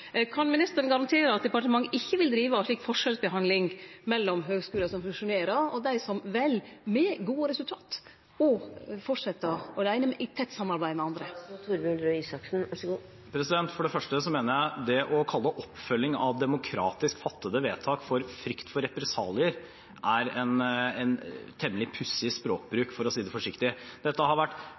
Kan ministeren garantere at departementet ikkje vil drive slik forskjellsbehandling av høgskular som fusjonerer, og dei som med gode resultat vel å fortsetje aleine, men i tett samarbeid med andre? For det første mener jeg at det å kalle oppfølging av demokratisk fattede vedtak for frykt for represalier, er en temmelig pussig språkbruk, for å si det forsiktig. Dette har vært